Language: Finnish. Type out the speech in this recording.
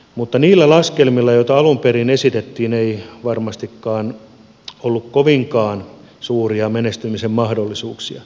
mutta niillä laskelmilla joita alun perin esitettiin ei varmastikaan ollut kovinkaan suuria menestymisen mahdollisuuksia